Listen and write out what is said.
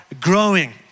Growing